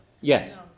Yes